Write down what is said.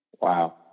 Wow